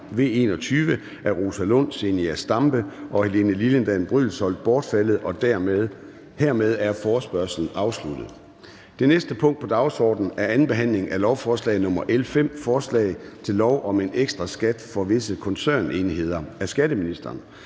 V 21 af Rosa Lund (EL), Zenia Stampe (RV) og Helene Liliendahl Brydensholt (ALT) bortfaldet. Hermed er forespørgslen afsluttet. --- Det næste punkt på dagsordenen er: 4) 2. behandling af lovforslag nr. L 5: Forslag til lov om en ekstraskat for visse koncernenheder (minimumsbeskatningsloven).